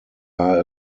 are